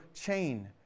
chain